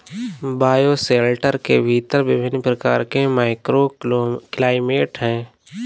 bioshelter के भीतर विभिन्न प्रकार के माइक्रोक्लाइमेट हैं